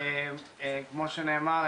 כמו שנאמר,